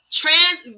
trans